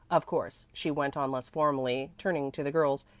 of course, she went on less formally, turning to the girls,